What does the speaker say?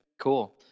Cool